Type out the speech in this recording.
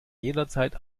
jederzeit